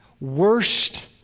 worst